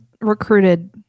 recruited